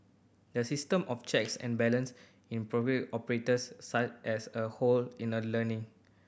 the system of checks and balance in operates such as a whole in a learning